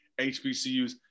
HBCUs